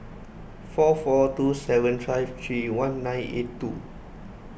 four four two seven five three one nine eight two